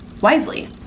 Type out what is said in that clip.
wisely